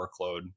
workload